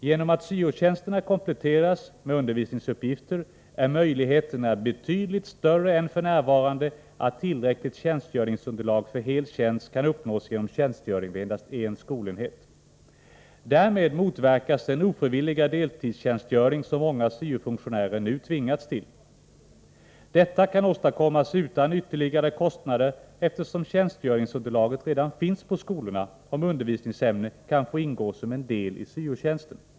Genom att syo-tjänsterna kompletteras med undervisningsuppgifter är möjligheterna betydligt större än f.n. att tillräckligt tjänstgöringsunderlag för hel tjänst kan uppnås genom tjänstgöring vid endast en skolenhet. Därmed motverkas den ofrivilliga deltidstjänstgöring som många syo-funktionärer nu tvingats till. Detta kan åstadkommas utan ytterligare kostnader, eftersom tjänstgöringsunderlaget redan finns på skolorna, om undervisningsämne kan få ingå som en del i syo-tjänsten.